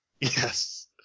Yes